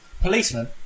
policeman